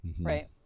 Right